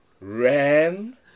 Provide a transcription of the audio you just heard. Ran